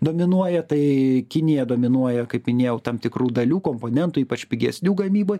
dominuoja tai kinija dominuoja kaip minėjau tam tikrų dalių komponentų ypač pigesnių gamyboj